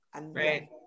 Right